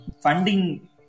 funding